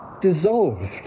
dissolved